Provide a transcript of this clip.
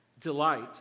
delight